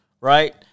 right